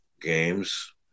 games